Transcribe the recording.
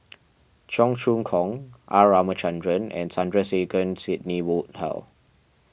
Cheong Choong Kong R Ramachandran and Sidney Woodhull